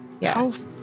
Yes